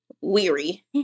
weary